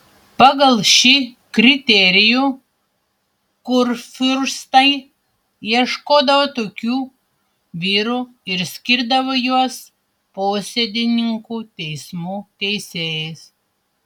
pagal šį kriterijų kurfiurstai ieškodavo tokių vyrų ir skirdavo juos posėdininkų teismų teisėjais